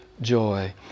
joy